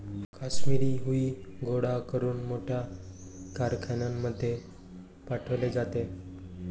काश्मिरी हुई गोळा करून मोठ्या कारखान्यांमध्ये पाठवले जाते